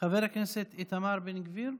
חבר הכנסת איתמר בן גביר.